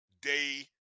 day